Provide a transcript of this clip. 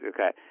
Okay